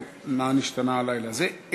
מה נשתנה הלילה הזה.